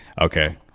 okay